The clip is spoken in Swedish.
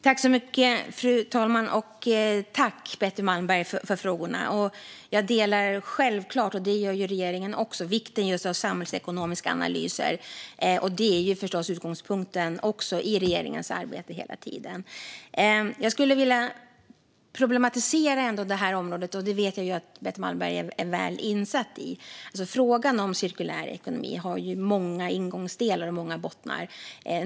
Fru talman! Jag tackar Betty Malmberg för frågorna. Jag och regeringen instämmer självklart vad gäller vikten av samhällsekonomiska analyser. Det är förstås utgångspunkten i regeringens arbete hela tiden. Jag skulle ändå vilja problematisera det här området, som jag vet att Betty Malmberg är väl insatt i. Frågan om cirkulär ekonomi har ju många ingångar och många bottnar.